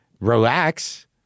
relax